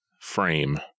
frame